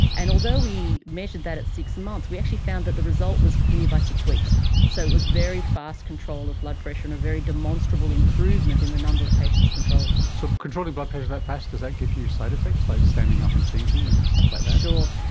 and although we measured that at six months, we actually found that the result was clear by six weeks, so it was very fast control of blood pressure and a very demonstrable improvement in the number of patients controlled. so controlling blood pressure that fast, does that give you side-effects like standing up and fainting and stuff like that?